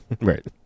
Right